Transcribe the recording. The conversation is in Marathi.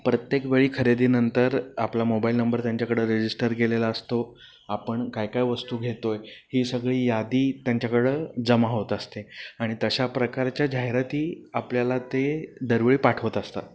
प्रत्येकवेळी खरेदीनंतर आपला मोबाईल नंबर त्यांच्याकडं रजिस्टर केलेला असतो आपण काय काय वस्तू घेतो आहे ही सगळी यादी त्यांच्याकडं जमा होत असते आणि तशा प्रकारच्या जाहिराती आपल्याला ते दरवेळी पाठवत असतात